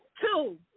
Two